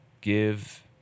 give